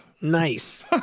Nice